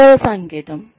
రెండవ సంకేతం